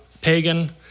pagan